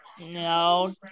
No